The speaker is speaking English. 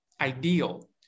ideal